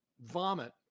vomit